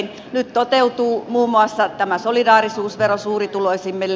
nyt toteutuu muun muassa tämä solidaarisuusvero suurituloisimmille